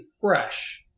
fresh